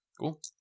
cool